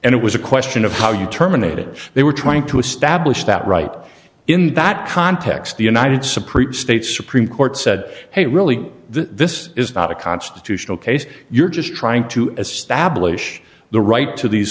and it was a question of how you terminated they were trying to establish that right in that context the united supreme state supreme court said hey really this is not a constitutional case you're just trying to establish the right to these